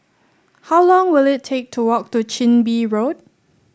how long will it take to walk to Chin Bee Road